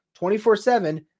24-7